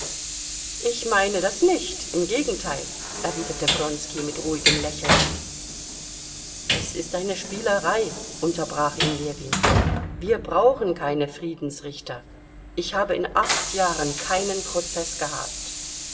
ich meine das nicht im gegenteil erwiderte wronski mit ruhigem lächeln es ist eine spielerei unterbrach ihn ljewin wir brauchen keine friedensrichter ich habe in acht jahren keinen prozeß gehabt